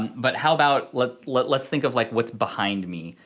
but how about, let's let's think of like what's behind me.